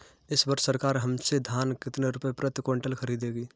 इस वर्ष सरकार हमसे धान कितने रुपए प्रति क्विंटल खरीदेगी?